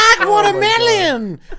Watermelon